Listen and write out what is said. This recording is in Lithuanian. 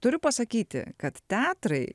turiu pasakyti kad teatrai